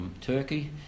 Turkey